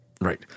Right